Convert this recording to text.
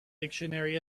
dictionary